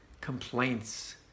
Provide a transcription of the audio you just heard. complaints